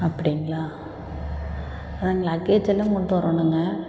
அப்படிங்களா அதான் லக்கேஜ் எல்லாம் கொண்டு வரணுங்க